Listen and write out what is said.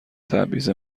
تبعیض